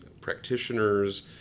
practitioners